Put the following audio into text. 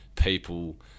people